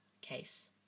case